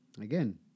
again